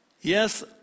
Yes